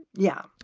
yeah.